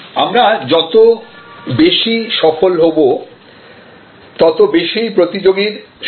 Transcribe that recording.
সুতরাং আমরা যত বেশি সফল হব তত বেশি প্রতিযোগীর সম্মুখীন হতে হবে